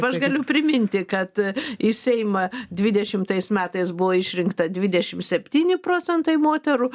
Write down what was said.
aš galiu priminti kad į seimą dvidešimtais metais buvo išrinkta dvidešimt septyni procentai moterų